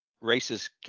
races